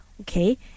Okay